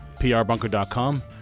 prbunker.com